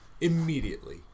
Immediately